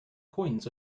coins